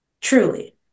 truly